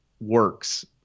works